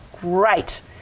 great